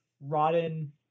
rotten